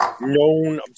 known